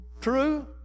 True